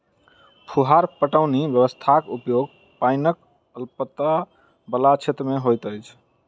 फुहार पटौनी व्यवस्थाक उपयोग पाइनक अल्पता बला क्षेत्र मे होइत अछि